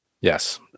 Yes